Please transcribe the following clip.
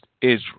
Israel